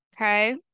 okay